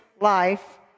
life